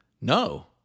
No